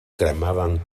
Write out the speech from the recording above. cremaven